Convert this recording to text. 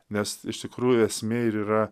nes iš tikrųjų esmė ir yra